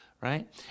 right